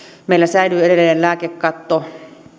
meillä säilyy edelleen lääkekatto